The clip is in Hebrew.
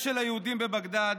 למדו ביחד,